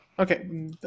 Okay